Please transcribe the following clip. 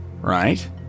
right